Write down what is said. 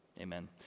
amen